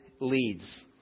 leads